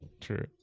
True